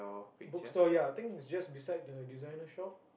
book store ya I think it's just beside the designer shop